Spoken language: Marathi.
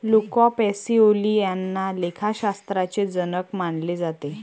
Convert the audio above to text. लुका पॅसिओली यांना लेखाशास्त्राचे जनक मानले जाते